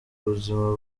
buzima